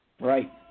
Right